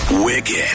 Wicked